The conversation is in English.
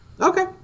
Okay